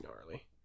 gnarly